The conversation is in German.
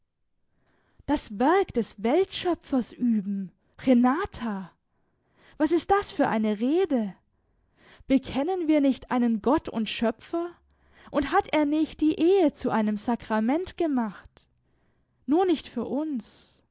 das werk des weltschöpfers üben renata was ist das für eine rede bekennen wir nicht einen gott und schöpfer und hat er nicht die ehe zu einem sakrament gemacht nur nicht für uns